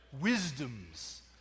Wisdoms